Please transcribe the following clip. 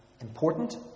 important